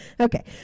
Okay